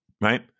Right